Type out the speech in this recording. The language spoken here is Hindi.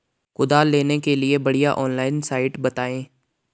कुदाल लेने के लिए बढ़िया ऑनलाइन साइट बतायें?